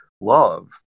love